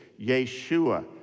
Yeshua